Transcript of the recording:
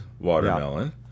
watermelon